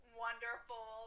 wonderful